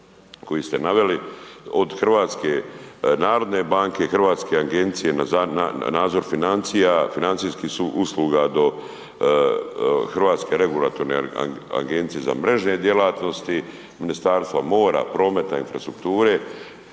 koji ste naveli od HNB-a, Hrvatske agencije za nadzor financija, financijskih usluga do Hrvatske regulatorne agencije za mrežne djelatnosti, Ministarstva mora, prometa, infrastrukture,